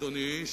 אדוני,